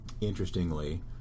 interestingly